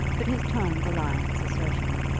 but his tone belied his assertion.